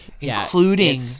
Including